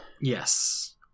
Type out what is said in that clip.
Yes